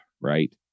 right